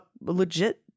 legit